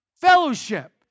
Fellowship